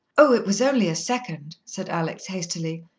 oh, it was only a second, said alex hastily.